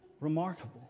remarkable